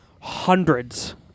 hundreds